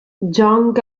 jong